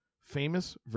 Famous